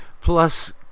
plus